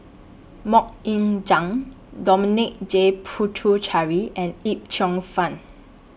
Mok Ying Jang Dominic J Puthucheary and Yip Cheong Fun